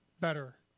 better